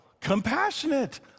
compassionate